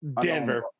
Denver